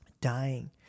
dying